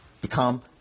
become